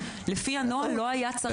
לפי הנוהל לא היה צריך לתת.